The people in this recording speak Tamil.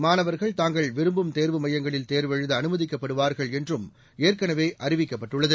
மாணவர்கள் தாங்கள் விரும்பும் தேர்வு மையங்களில் தேர்வெழுத அனுமதிக்கப்படுவார்கள் என்றும் ஏற்கனவே அறிவிக்கப்பட்டுள்ளது